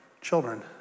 children